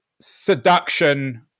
seduction